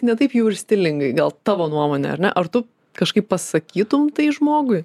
ne taip jau ir stilingai gal tavo nuomone ar ne ar tu kažkaip pasakytum tai žmogui